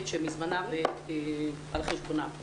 מזמנם ועל חשבונם.